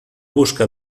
busca